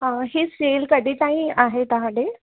ही सेल कॾहिं ताईं आहे तव्हां ॾिए